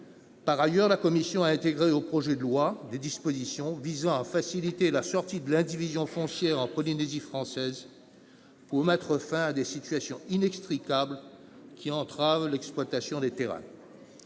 Par ailleurs, la commission a introduit dans le projet de loi des dispositions visant à faciliter la sortie de l'indivision foncière en Polynésie française, pour mettre fin à des situations inextricables qui entravent l'exploitation des terrains.